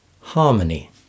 harmony